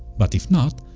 but if not,